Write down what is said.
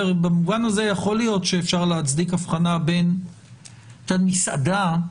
במובן הזה יכול להיות שאפשר להצדיק הבחנה בין אותה מסעדה,